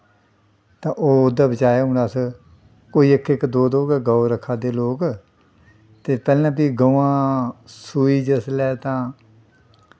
तां ओह् ओह्दै बज़ाए हून अस कोई इक इक दो दो गै गौ रक्खा दे लोग ते पैह्लें ते गवां सूई जिसलै तां